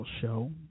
show